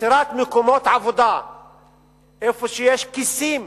ביצירת מקומות עבודה איפה שיש כיסים